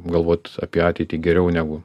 galvot apie ateitį geriau negu